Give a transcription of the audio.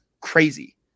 crazy